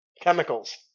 chemicals